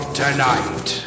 tonight